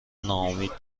ناامید